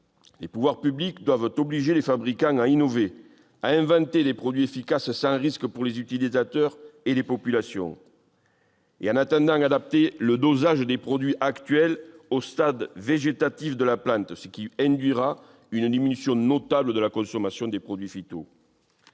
Les pouvoirs publics doivent obliger les fabricants à innover, à inventer des produits efficaces sans risque pour les utilisateurs et les populations. En attendant, il faut adapter le dosage des produits actuels au stade végétatif de la plante, ce qui engendrera une diminution notable de la consommation des produits